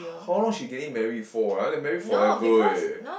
how long she getting married for uh like married forever eh